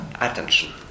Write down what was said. attention